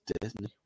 Disney